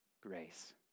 grace